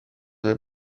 nel